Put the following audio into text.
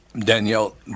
Danielle